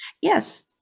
Yes